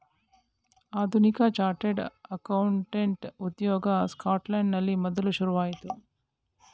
ಆಧುನಿಕ chartered accountant ಉದ್ಯೋಗ ಸ್ಕಾಟ್ಲೆಂಡಿನಲ್ಲಿ ಮೊದಲು ಶುರುವಾಯಿತು